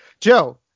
Joe